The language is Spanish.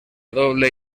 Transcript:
doble